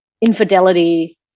infidelity